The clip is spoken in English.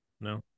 No